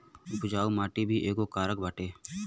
उपजाऊ माटी भी एगो कारक बाटे